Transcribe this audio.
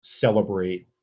celebrate